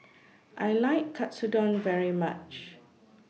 I like Katsudon very much